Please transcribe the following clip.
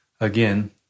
again